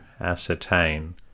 ascertain